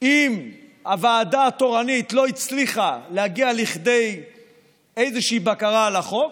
אם הוועדה התורנית לא הצליחה להגיע לכדי איזושהי בקרה על החוק,